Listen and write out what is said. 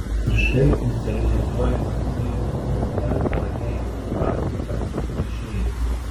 ir štai inscenizuojamos skyrybos muntianas prakeikia uspaskichą ir išeina